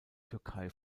türkei